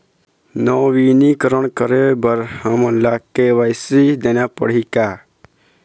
नवीनीकरण करे बर हमन ला के.वाई.सी देना पड़ही का?